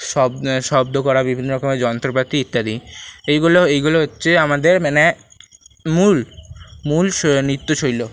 শব্দ করা বিভিন্ন রকমের যন্ত্রপাতি ইত্যাদি এইগুলো এইগুলো হচ্ছে আমাদের মানে মূল মূল শৈ নৃত্য শৈল